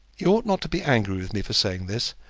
you ought not to be angry with me for saying this,